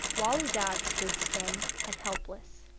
wali dad stood stunned and helpless.